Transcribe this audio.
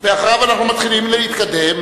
ואחריו אנחנו מתחילים להתקדם.